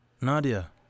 Nadia